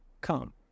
Come